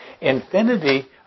Infinity